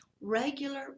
regular